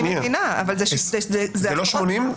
אני מבינה, אבל -- זה לא 80?